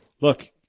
look